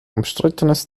umstrittenes